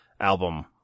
album